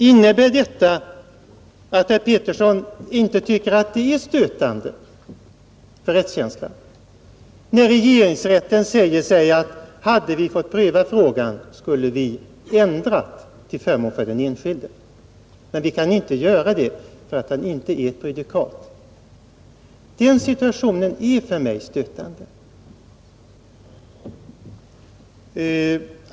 Får jag därför fråga herr Pettersson i Visby om han inte tycker det är stötande för rättskänslan att regeringsrätten inte kan pröva frågan därför att den inte är prejudicerande, trots att den säger sig att ”hade vi fått pröva frågan skulle vi ha ändrat till förmån för den enskilde”. Den situationen är för mig stötande.